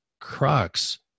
crux